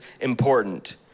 important